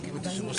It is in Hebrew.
(היו"ר אופיר כץ,